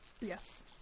Yes